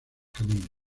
caminos